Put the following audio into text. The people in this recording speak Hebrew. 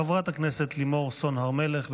חברת הכנסת לימור סון הר מלך,